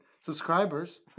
subscribers